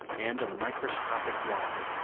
and a microscopic whine,